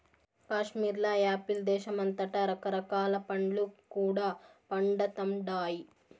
కాశ్మీర్ల యాపిల్ దేశమంతటా రకరకాల పండ్లు కూడా పండతండాయి